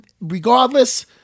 Regardless